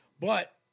But-